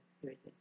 spirited